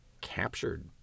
captured